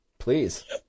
please